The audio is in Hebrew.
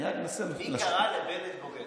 אני רק מנסה לומר, מי קרא לבנט "בוגד"?